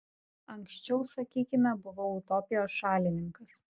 anksčiau sakykime buvau utopijos šalininkas